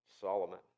Solomon